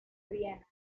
viena